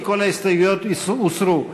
כי כל ההסתייגויות הוסרו.